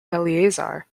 eliezer